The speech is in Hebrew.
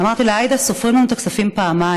אמרתי לה: עאידה, סופרים לנו את הכספים פעמיים.